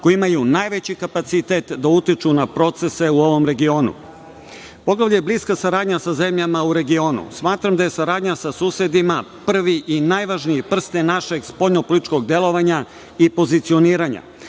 koje imaju najveći kapacitet da utiču na procese u ovom regionu. Poglavlje – Bliska saradnja sa zemljama u regionu. Smatram da je saradnja sa susedima prvi i najvažniji prsten našeg spoljnopolitičkog delovanja i pozicioniranja.